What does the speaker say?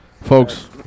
folks